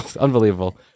Unbelievable